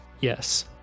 Yes